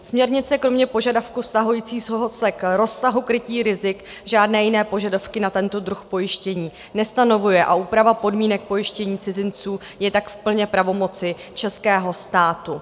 Směrnice kromě požadavku vztahujícího se k rozsahu krytí rizik žádné jiné požadavky na tento druh pojištění nestanovuje a úprava podmínek pojištění cizinců je tak plně v pravomoci českého státu.